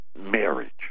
marriage